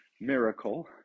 miracle